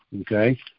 Okay